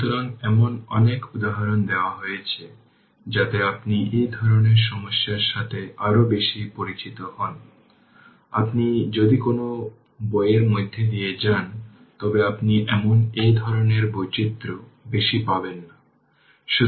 সুতরাং সুইচটি দীর্ঘ সময়ের জন্য ওপেন থাকার সময় এখানে কোন কারেন্ট প্রবাহিত হয় না এবং এটি 2 Ω 3 Ω সিরিজে রয়েছে যার জন্য আমি এটি তৈরি করেছি